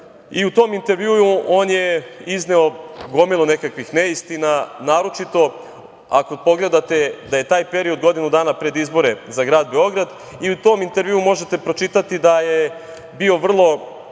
i u tom intervju on je izneo gomilu neistina, naročito ako pogledate da je taj period od godinu dana pred izbore za grad Beograd, i u tom intervju možete pročitati da je bio vrlo